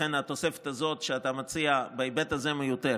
ולכן התוספת הזאת שאתה מציע בהיבט הזה מיותרת.